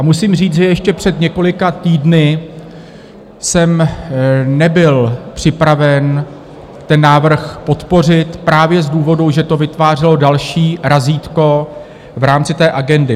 Musím říct, že ještě před několika týdny jsem nebyl připraven ten návrh podpořit právě z důvodu, že to vytvářelo další razítko v rámci té agendy.